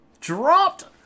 dropped